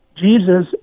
Jesus